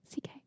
CK